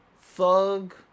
thug